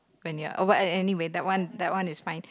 when you are anyway that one that one is fine